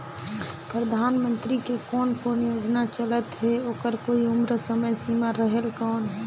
परधानमंतरी के कोन कोन योजना चलत हे ओकर कोई उम्र समय सीमा रेहेल कौन?